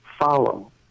follow